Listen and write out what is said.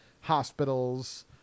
hospitals